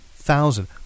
Thousand